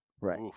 Right